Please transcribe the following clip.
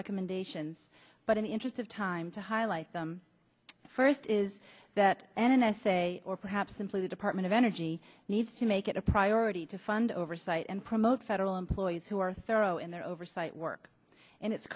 recommendations but in the interest of time to highlight them first is that n s a or perhaps simply the department of energy needs to make it a priority to fund oversight and promote federal employees who are thorough in their oversight work in it